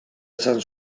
esan